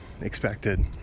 expected